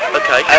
okay